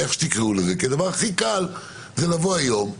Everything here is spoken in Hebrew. כי הדבר הכי קל זה לבוא היום,